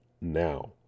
now